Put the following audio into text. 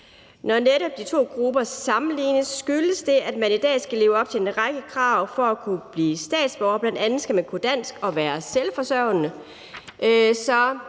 Når netop de to grupper sammenlignes, skyldes det, at man i dag skal leve op til en række krav for at kunne blive statsborger, bl.a. skal man kunne dansk og være selvforsørgende.